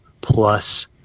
plus